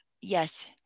Yes